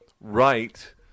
right